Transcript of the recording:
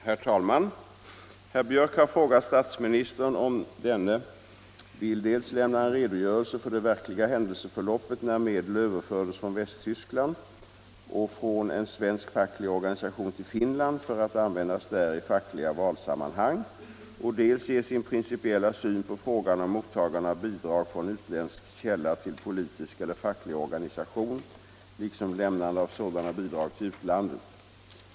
Herr talman! Herr Björck i Nässjö har frågat statsministern om denne vill dels lämna en redogörelse för det verkliga händelseförloppet när medel överfördes från Västtyskland och från en svensk facklig organisation till Finland för att användas där i fackliga valsammanhang och dels ge sin principiella syn på frågan om mottagande av bidrag från utländsk källa till politisk eller facklig organisation liksom lämnande av sådana bidrag till utlandet.